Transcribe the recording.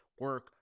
Work